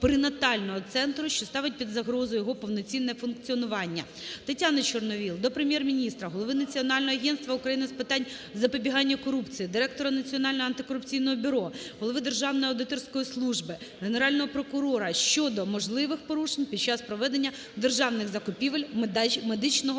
перинатального центру, що ставить під загрозу його повноцінне функціонування. Тетяни Чорновол до Прем'єр-міністра, голови Національного агентства України з питань запобігання корупції, директора Національного антикорупційного бюро, голови Державної аудиторської служби, Генерального прокурора щодо можливих порушень під час проведення державних закупівель медичного